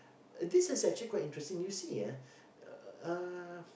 this is actually quite interesting you see ah uh